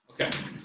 okay